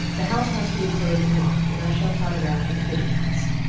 the house has to be closed and locked, and i shall trot around to the pigeon house,